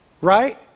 Right